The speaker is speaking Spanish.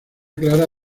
clara